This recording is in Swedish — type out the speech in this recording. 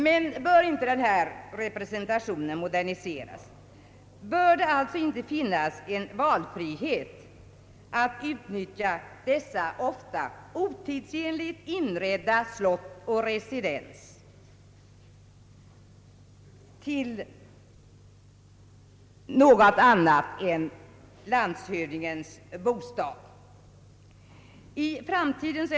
Men bör inte representationen moderniseras? Bör det åtminstone inte finnas valfrihet att utnyttja dessa ofta otidsenligt inredda slott och residens, för att ta landshövdingarnas bostäder som exempel.